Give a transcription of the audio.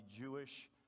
Jewish